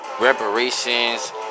Reparations